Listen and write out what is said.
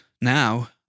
now